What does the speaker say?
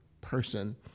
person